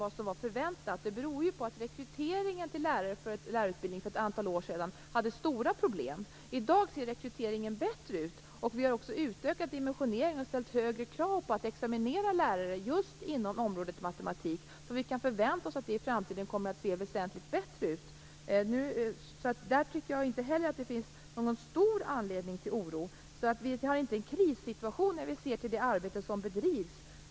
Det beror på att man hade stora problem rekryteringen till lärarutbildningen för ett antal år sedan. I dag ser rekryteringen bättre ut, och vi har också utökat dimensioneringen och ställt högre krav på att lärare skall examineras just inom området matematik. Vi kan därför förvänta oss att det i framtiden kommer att se väsentligt bättre ut. Jag tycker därför inte att det finns någon stor anledning till oro i detta sammanhang. Vi har alltså inte någon krissituation när vi ser till det arbete som bedrivs.